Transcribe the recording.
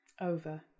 over